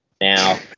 Now